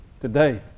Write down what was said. today